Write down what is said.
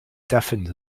deafened